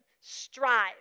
Strive